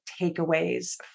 takeaways